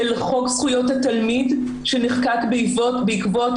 של חוק זכויות התלמיד שנחקק בעקבות